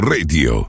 Radio